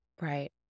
Right